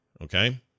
Okay